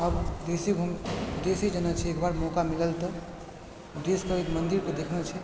अब देशे जाना छै एक बार मौका मिलल तऽ देशमे ओ मन्दिरके देखना छै